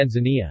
Tanzania